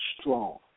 strong